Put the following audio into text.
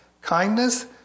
kindness